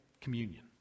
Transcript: communion